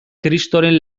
kristoren